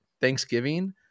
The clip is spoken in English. Thanksgiving